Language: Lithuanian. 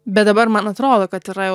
bet dabar man atrodo kad yra jau